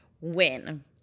win